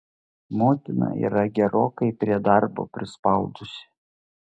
motina yra gerokai prie darbo prispaudusi